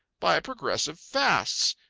by progressive fasts.